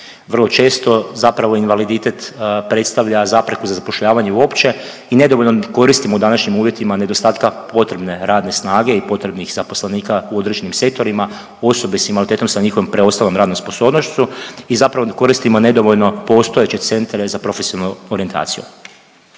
Vrlo često, zapravo invaliditet predstavlja zapreku za zapošljavanje uopće i nedovoljno koristimo u današnjim uvjetima nedostatka potrebne radne snage i potrebnih zaposlenika u određenim sektorima, osobe s invaliditetom sa njihovom radnom sposobnošću i zapravo koristimo nedovoljno postojeće centre za profesionalnu orijentaciju.